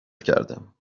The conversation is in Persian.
کردم